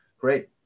Great